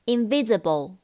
Invisible